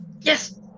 Yes